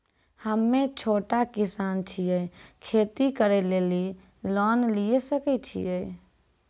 हम्मे छोटा किसान छियै, खेती करे लेली लोन लिये सकय छियै?